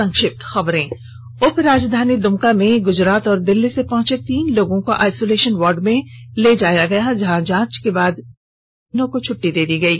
संक्षिप्त खबरें उपराजधानी दुमका में गुजरात और दिल्ली से पहुंचे तीन लोगों को आइसोलेषन वार्ड ले जाया गया जहां जांच के बाद तीनों को छुट्टी दे दी गयी